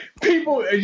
people